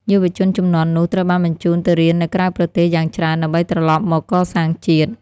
យុវជនជំនាន់នោះត្រូវបានបញ្ជូនទៅរៀននៅក្រៅប្រទេសយ៉ាងច្រើនដើម្បីត្រឡប់មកកសាងជាតិ។